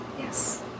Yes